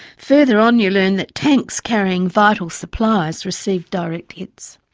further on you learn that tanks carrying vital supplies received direct hits.